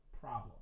problem